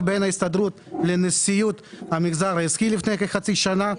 בין ההסתדרות לנשיאות המגזר העסקי לפני כחצי שנה.